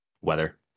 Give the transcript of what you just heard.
weather